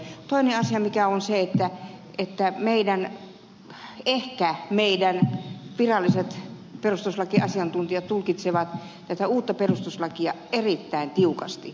toinen asia on se että ehkä meidän viralliset perustuslakiasiantuntijamme tulkitsevat tätä uutta perustuslakia erittäin tiukasti